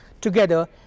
together